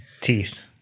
Teeth